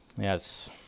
Yes